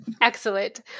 Excellent